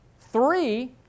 Three